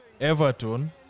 Everton